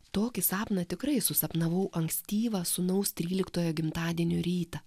tokį sapną tikrai susapnavau ankstyvą sūnaus tryliktojo gimtadienio rytą